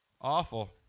awful